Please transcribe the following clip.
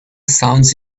sounds